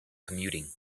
commuting